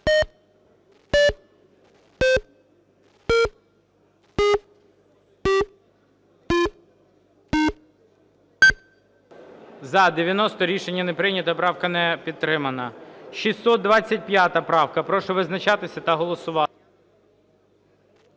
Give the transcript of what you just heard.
За-90 Рішення не прийнято, правка не підтримана. 625 правка. Прошу визначатися та голосувати.